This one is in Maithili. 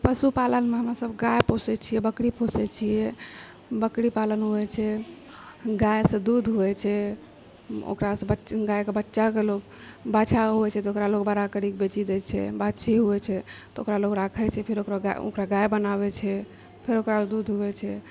पशुपालनमे हमरासब गाय पोषए छिए बकरी पोषए छिए बकरीपालन होइत छै गायसे दूध होइत छै ओकरासँ बच गायके बच्चाकेँ लोक बाछा होइत छै तऽ लोक ओकरा बड़ा करिके बेच देए छै बाछी होइत छै तऽ लोक ओकरा राखैत छै फिर ओकरा लोक गाय बनाबए छै फेर ओकरासँ दूध होइत छै